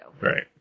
Right